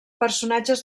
personatges